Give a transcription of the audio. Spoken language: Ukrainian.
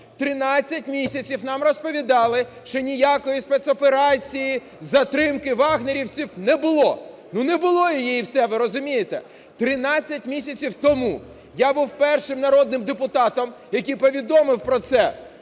13 місяців нам розповідали, що ніякої спецоперації затримки "вагнерівців" не було. Ну не було її і все, ви розумієте. Тринадцять місяців тому я був першим народним депутатом, який повідомив про це